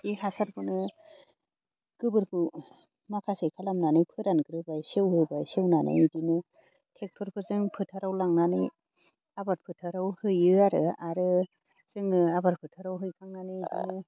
बे हासारखौनो गोबोरखौ माखासे खालामनानै फोरानग्रोबाय सेवहोबाय सेवनानै इदिनो ट्रेक्टरफोरजों फोथाराव लांनानै आबाद फोथाराव होयो आरो आरो जोङो आबाद फोथारावहाय हैखांनानै इदिनो